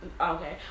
Okay